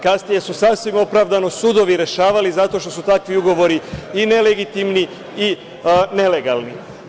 Kasnije su sasvim opravdano sudovi rešavali zato što su takvi ugovori i nelegitimni i nelegalni.